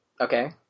Okay